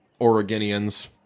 Oregonians